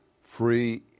free